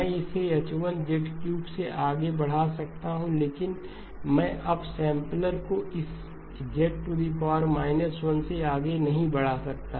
मैं इसे H1 से आगे बढ़ा सकता हूं लेकिन मैं अपसैंपलर को इस Z 1 से आगे नहीं बढ़ा सकता